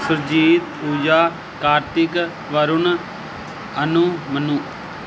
Surjit Puja Kartik Varun Anu Manu